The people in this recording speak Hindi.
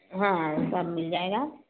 हाँ सब मिल जाएगा